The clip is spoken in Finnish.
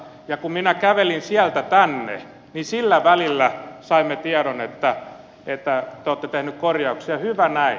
kun minä kävelin sieltä tänne niin sillä välillä saimme tiedon että te olette tehneet korjauksia hyvä näin